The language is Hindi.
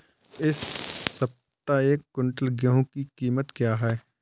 इस सप्ताह एक क्विंटल गेहूँ की कीमत क्या है?